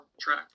track